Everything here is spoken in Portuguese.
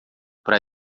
para